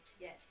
Yes